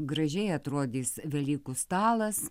gražiai atrodys velykų stalas